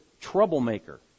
troublemaker